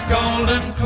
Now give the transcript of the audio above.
Golden